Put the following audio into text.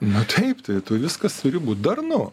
na taip tai tu viskas turi būt darnu